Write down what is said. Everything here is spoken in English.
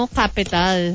capital